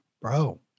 Bro